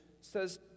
says